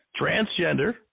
transgender